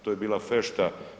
To je bila fešta.